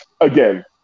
again